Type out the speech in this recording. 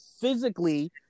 physically